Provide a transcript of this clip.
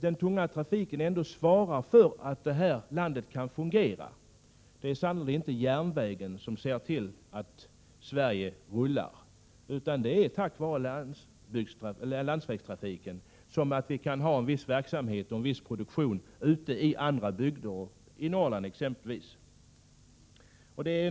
Den tunga trafiken svarar ju ändå för att det här landet kan fungera. Det är sannerligen inte järnvägen som ser till att Sverige rullar, utan det är tack vare landsvägstrafiken vi kan ha viss verksamhet och viss produktion ute i olika bygder, exempelvis i Norrland.